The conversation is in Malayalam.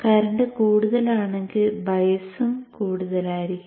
കറന്റ് കൂടുതലാണെങ്കിൽ ബയസ്സും കൂടുതൽ ആയിരിക്കും